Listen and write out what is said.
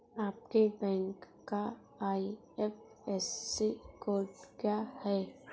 आपके बैंक का IFSC code क्या है?